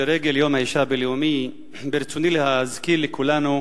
לרגל יום האשה הבין-לאומי ברצוני להזכיר לכולנו